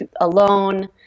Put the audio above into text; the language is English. alone